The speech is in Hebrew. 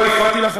לא הפרעתי לך,